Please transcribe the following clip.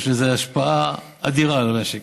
יש לזה השפעה אדירה על המשק.